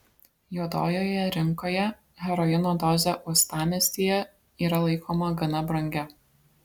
juodojoje rinkoje heroino dozė uostamiestyje yra laikoma gana brangia